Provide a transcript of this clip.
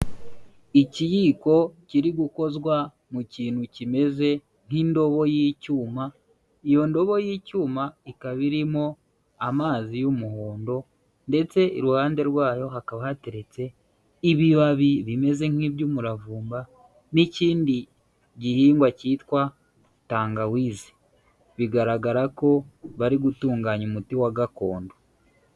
Ikiyiko kiri gukozwa mu kintu kimeze nk'indobo y'icyuma, iyo ndobo y'icyuma ikaba irimo amazi y'umuhondo ndetse iruhande rwayo hakaba hateretse ibibabi bimeze nk'iby'umuravumba n'ikindi gihingwa cyitwa tangawize, bigaragara ko bari gutunganya umuti wa gakondo.